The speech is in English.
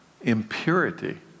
impurity